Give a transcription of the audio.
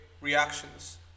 reactions